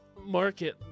market